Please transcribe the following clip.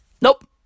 Nope